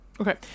Okay